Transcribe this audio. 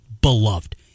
beloved